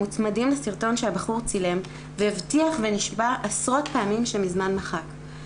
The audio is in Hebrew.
מוצמדים לסרטון שהבחור צילם והבטיח ונשבע עשרות פעמים שמזמן מחק.